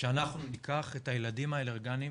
שאנחנו ניקח את הילדים האלרגניים